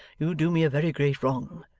you do me a very great wrong,